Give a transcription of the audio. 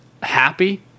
happy